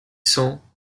cents